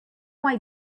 white